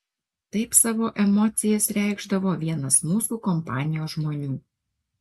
taip savo emocijas reikšdavo vienas mūsų kompanijos žmonių